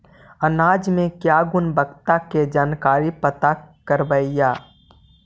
अनाज मे क्या गुणवत्ता के जानकारी पता करबाय?